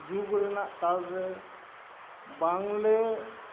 ᱡᱩᱜᱽ ᱨᱮᱱᱟᱜ ᱛᱟᱞ ᱨᱮ ᱵᱟᱝᱞᱮ